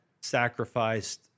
sacrificed